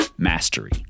Mastery